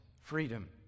freedom